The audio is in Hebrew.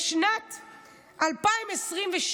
בשנת 2022,